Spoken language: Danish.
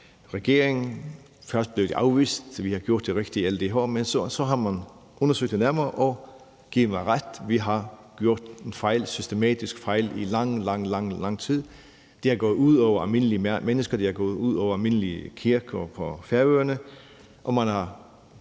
regeringen. Først blev det afvist med, at man har gjort det rigtigt i alle de her år, men så har man undersøgt det nærmere og givet mig ret i, at man i lang, lang tid har lavet en systematisk fejl. Det er gået ud over almindelige mennesker, og det er gået ud over almindelige kirker på Færøerne. Man har